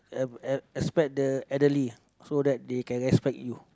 uh uh respect the elderly so that they can respect you